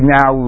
Now